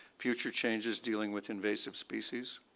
future changes dealing with invasive species?